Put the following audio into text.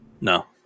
no